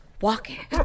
walking